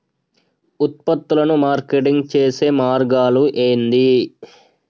ఉత్పత్తులను మార్కెటింగ్ చేసే మార్గాలు ఏంది?